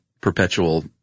perpetual